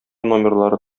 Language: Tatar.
номерлары